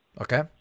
Okay